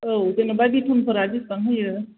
औ जेन'बा बेथनफोरा बेसेबां होयो